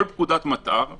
כל פקודת מטא"ר עוברת,